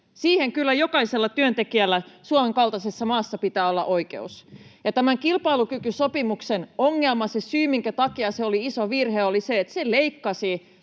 Siihen kyllä jokaisella työntekijällä Suomen kaltaisessa maassa pitää olla oikeus. Tämän kilpailukykysopimuksen ongelma, se syy, minkä takia se oli iso virhe, oli se, että se leikkasi